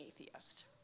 atheist